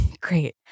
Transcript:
Great